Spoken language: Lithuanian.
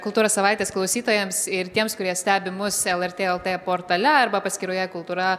kultūros savaitės klausytojams ir tiems kurie stebi mus lrt lt portale arba paskyroje kultūra